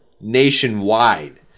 nationwide